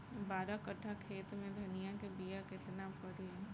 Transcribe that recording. बारह कट्ठाखेत में धनिया के बीया केतना परी?